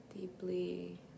deeply